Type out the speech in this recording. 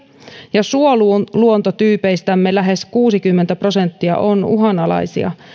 ja suoluontotyypeistämme lähes kuusikymmentä prosenttia on uhanalaisia